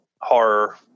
horror